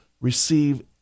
receive